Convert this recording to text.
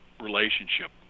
relationship